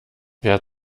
wer